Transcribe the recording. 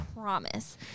Promise